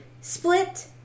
split